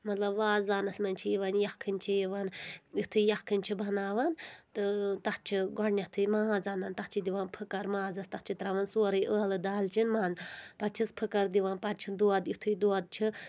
مطلب وازوانَس منٛز چھِ یِوان یَکھٕنۍ چھِ یِوان یِتھُے یَکھٕنۍ چھِ بَناوان تہٕ تَتھ چھِ گۄڈنؠتھٕے ماز اَنان تَتھ چھِ دِوان پھکر مازَس تَتھ چھِ ترٛاوان سورُے ٲلہٕ دالچِن منٛد پَتہٕ چھَس پھکَر دِوان پَتہٕ چھِنہٕ دۄد یِتھُے دۄد چھِ